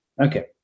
Okay